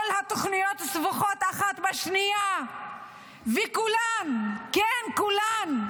כל התוכניות סבוכות אחת בשנייה וכולן, כן, כולן,